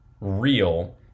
real